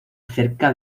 cerca